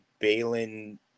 Balin